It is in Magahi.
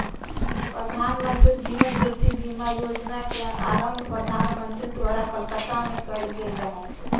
प्रधानमंत्री जीवन ज्योति बीमा जोजना के आरंभ प्रधानमंत्री द्वारा कलकत्ता में कएल गेल रहइ